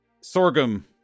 Sorghum